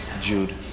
Jude